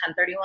1031